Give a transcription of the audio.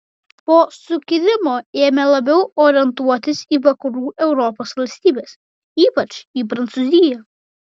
po sukilimo ėmė labiau orientuotis į vakarų europos valstybes ypač į prancūziją